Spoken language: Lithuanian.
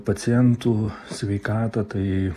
pacientų sveikatą tai